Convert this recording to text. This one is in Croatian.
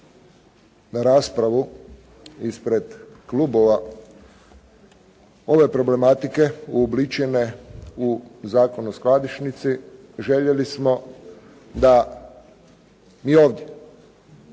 na raspravu ispred klubova ove problematike uobličene u Zakon o skladišnici željeli smo da i ovdje